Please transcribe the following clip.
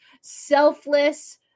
selfless